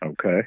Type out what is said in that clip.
okay